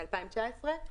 ב-2019,